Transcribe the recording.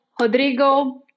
Rodrigo